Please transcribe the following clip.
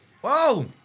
Whoa